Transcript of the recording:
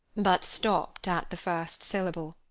but stopped at the first syllable.